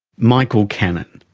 michael cannon,